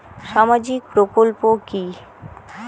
সামাজিক প্রকল্প কি?